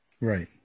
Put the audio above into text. Right